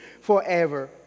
forever